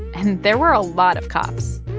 and there were a lot of cops